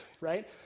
right